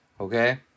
Okay